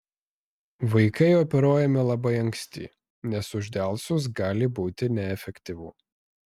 vaikai operuojami labai anksti nes uždelsus gali būti neefektyvu